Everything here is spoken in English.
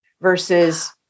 versus